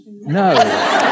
No